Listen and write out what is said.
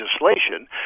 legislation